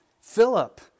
Philip